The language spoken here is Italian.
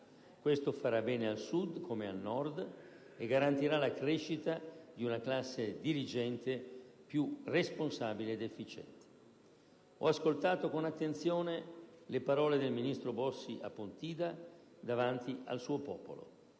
Questo farà bene al Sud come al Nord e garantirà la crescita di una classe dirigente più responsabile ed efficiente. Ho ascoltato con attenzione le parole del ministro Bossi a Pontida, davanti al suo popolo.